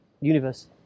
Universe